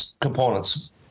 components